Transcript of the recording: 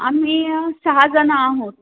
आम्ही सहाजणं आहोत